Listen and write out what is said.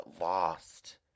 lost